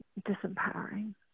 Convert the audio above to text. disempowering